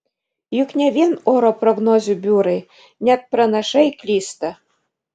juk ne vien oro prognozių biurai net pranašai klysta